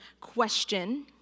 question